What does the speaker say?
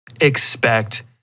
expect